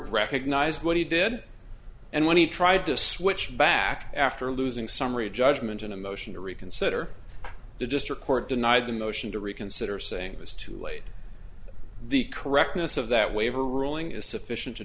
recognized what he did and when he tried to switch back after losing summary judgment in a motion to reconsider the district court denied the motion to reconsider saying it was too late the correctness of that waiver ruling is sufficient to